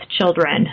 children